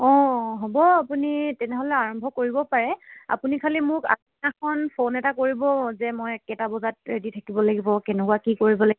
অঁ হ'ব আপুনি তেনেহ'লে আৰম্ভ কৰিব পাৰে আপুনি খালি মোক আগদিনাখন ফোন এটা কৰিব যে মই কেইটা বজাত ৰেডি থাকিব লাগিব কেনেকুৱা কি কৰিব লাগিব